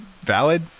Valid